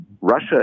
Russia